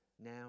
Now